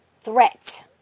threat